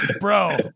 bro